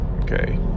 Okay